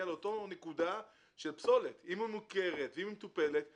שבו אנחנו באמת 24/7 נמצאים בשטח,